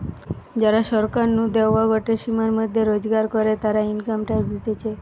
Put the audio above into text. যারা সরকার নু দেওয়া গটে সীমার মধ্যে রোজগার করে, তারা ইনকাম ট্যাক্স দিতেছে